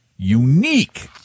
unique